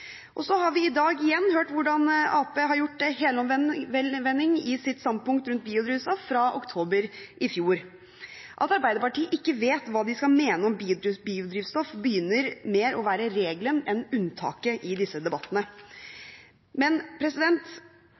har i dag igjen hørt hvordan Arbeiderpartiet har gjort helomvending i sitt standpunkt om biodrivstoff fra oktober i fjor. At Arbeiderpartiet ikke vet hva de skal mene om biodrivstoff, begynner mer å være regelen enn unntaket i disse debattene.